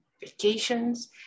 vacations